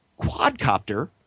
quadcopter